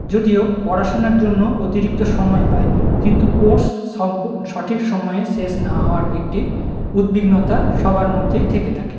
যদিও পড়াশোনার জন্য অতিরিক্ত সময় পায় কিন্তু কোর্স সঠিক সময়ে শেষ না হওয়ার একটি উদ্বিগ্নতা সবার মধ্যেই থেকে থাকে